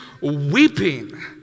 weeping